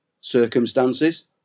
Circumstances